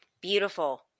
Beautiful